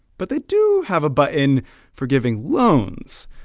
but they do have a button for giving loans.